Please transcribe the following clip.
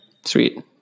Sweet